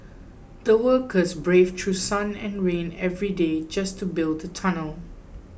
the workers braved through sun and rain every day just to build the tunnel